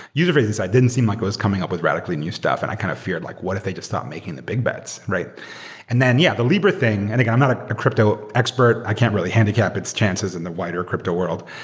user-facing side, didn't seem like it was coming up with radically new stuff and i kind of feared like what if they just stop making the big bets? and yeah, the libra thing and again, i'm not a crypto expert. i can't really handicap its chances in the wider crypto world.